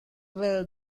will